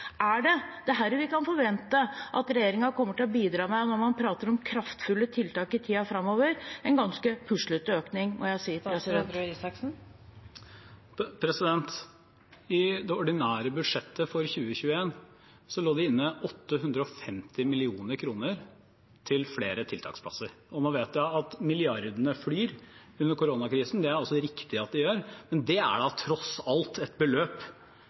i tiden framover? Det er en ganske puslete økning, må jeg si. I det ordinære budsjettet for 2021 lå det inne 850 mill. kr til flere tiltaksplasser. Nå vet vi at milliardene flyr under koronakrisen, og det er det også riktig at de gjør, men det er da tross alt et beløp